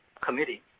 Committee